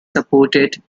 supported